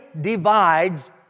divides